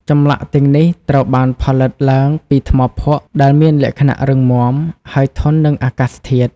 ចម្លាក់ទាំងនេះត្រូវបានផលិតឡើងពីថ្មភក់ ដែលមានលក្ខណៈរឹងមាំ ហើយធន់នឹងអាកាសធាតុ។